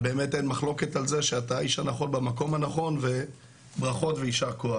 ובאמת אין מחלוקת על זה שאתה האיש הנכון במקום הנכון וברכות ויישר כוח.